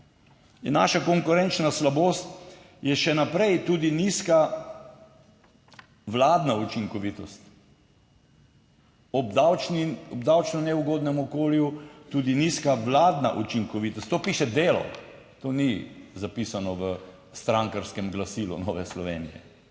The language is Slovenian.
naša konkurenčna slabost je še naprej tudi nizka vladna učinkovitost, ob davčno neugodnem okolju tudi nizka vladna učinkovitost. To piše Delo, to ni zapisano v strankarskem glasilu Nove Slovenije.